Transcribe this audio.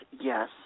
yes